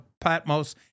Patmos